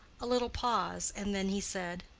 a little pause, and then he said,